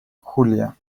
julia